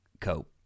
cope